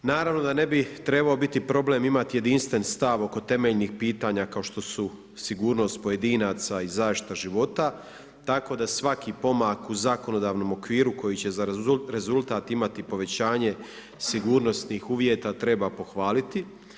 Naravno da ne bi trebao biti problem imati jedinstveni stav oko temeljnih pitanja kao što su sigurnost pojedinaca i zaštita života, tako da svaki pomak u zakonodavnom okviru koji će za rezultat imati povećanje sigurnosnih uvjeta treba pohvaliti.